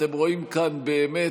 אתם רואים כאן באמת,